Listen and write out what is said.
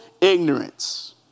ignorance